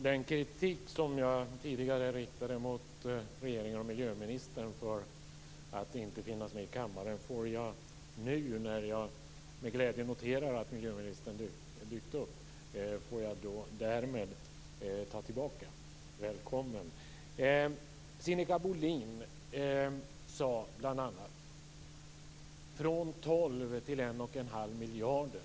Fru talman! Jag riktade tidigare kritik mot regeringen och miljöministern för att inte finnas med i kammaren. Den får jag nu, när jag med glädje noterar att miljöministern dykt upp, därmed ta tillbaka. Välkommen! Sinikka Bohlin sade bl.a.: från 12 till 1 1⁄2 miljarder.